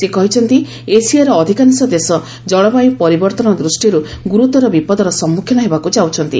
ସେ କହିଛନ୍ତି ଏସିଆର ଅଧିକାଂଶ ଦେଶ ଜଳବାୟୁ ପରିବର୍ତ୍ତନ ଦୂଷ୍ଟିରୁ ଗୁରୁତର ବିପଦର ସମ୍ମୁଖୀନ ହେବାକୁ ଯାଉଛନ୍ତି